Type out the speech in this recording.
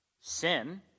Sin